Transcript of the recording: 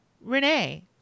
Renee